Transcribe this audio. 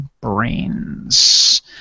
brains